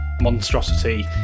monstrosity